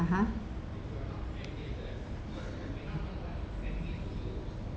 (uh huh)